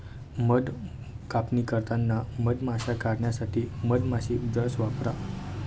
मध कापणी करताना मधमाश्या काढण्यासाठी मधमाशी ब्रश वापरा